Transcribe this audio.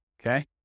Okay